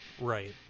Right